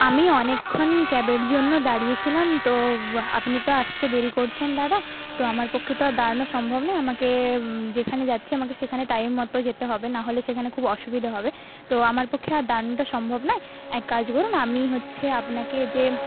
আমি অনেক্ষণ ক্যাবের জন্য দাঁড়িয়েছিলাম তো আপনি তো আসতে দেরি করছেন দাদা তো আমার পক্ষে তো আর দাঁড়ানো সম্ভব নয় আমাকে যেখানে যাচ্ছি আমাকে সেখানে টাইম মতো যেতে হবে নাহলে সেখানে খুব অসুবিধা হবে তো আমার পক্ষে আর দাঁড়ানোটা সম্ভব নয় এক কাজ করুন আমি হচ্ছে আপনাকে যে